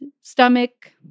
stomach